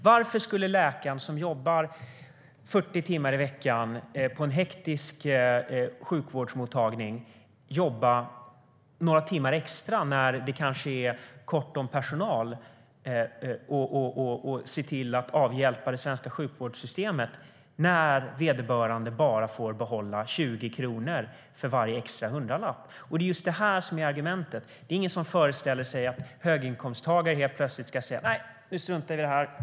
Varför skulle läkaren som jobbar 40 timmar i veckan på en hektisk sjukvårdsmottagning jobba några timmar extra när det är ont om personal för att hjälpa det svenska sjukvårdssystemet när vederbörande bara får behålla 20 kronor av varje extra hundralapp? Det är just det här som är argumentet. Det är ingen som föreställer sig att höginkomsttagare helt plötsligt ska säga: Nej, nu struntar jag i det här.